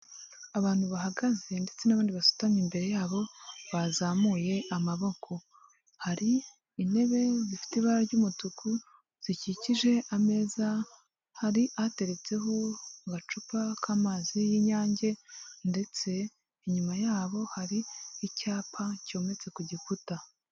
Abantu bahagaze ndetse n'abandi basutamye imbere yabo bazamuye amaboko, hari intebe zifite ibara ry'umutuku zikikije ameza, hari hateretseho agacupa k'amazi y'inyange ndetse inyuma yabo hari icyapa cyometse ku gikuta.